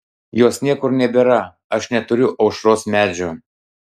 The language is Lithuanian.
jos niekur nebėra aš neturiu aušros medžio